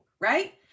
right